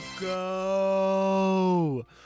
go